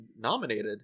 nominated